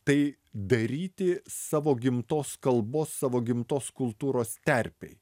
tai daryti savo gimtos kalbos savo gimtos kultūros terpėj